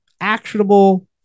actionable